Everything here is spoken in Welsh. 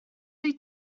wyt